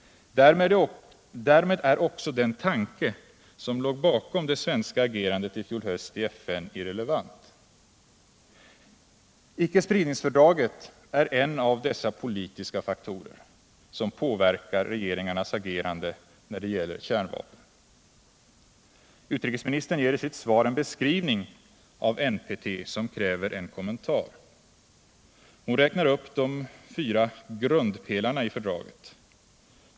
Därmed är också den tanke som låg bakom det svenska agerandet i fjol höst i FN irrelevant. Icke-spridningsfördraget, NPT, är en av dessa politiska faktorer som påverkar regeringens agerande när det gäller kärnvapnen. Utrikesministern ger i sitt svar en beskrivning av NPT som kräver en kommentar. Hon räknar upp de fyra grundpelarna i fördraget.